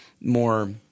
more –